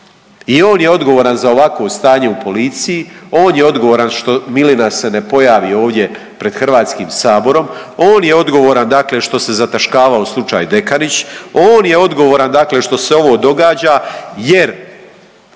i on je odgovoran za ovakvo stanje u policiji, on je odgovoran što Milina se ne pojavi ovdje pred Hrvatskim saborom, on je odgovoran dakle što se zataškavao slučaj Dekanić, on je odgovoran dakle što se ovo događa jer